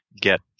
get